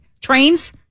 trains